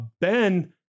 Ben